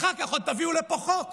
אחר כך עוד תביאו לפה חוק